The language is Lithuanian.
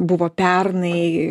buvo pernai